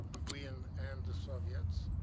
we and and the soviets.